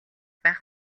байх